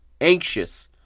anxious